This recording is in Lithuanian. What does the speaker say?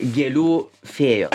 gėlių fėjos